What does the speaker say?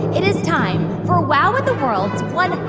it is time for wow in the world's one